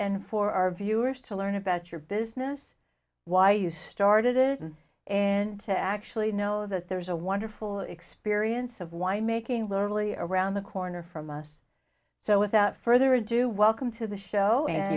and for our viewers to learn about your business why you started and to actually know that there's a wonderful experience of wine making literally around the corner from us so without further ado welcome to the show and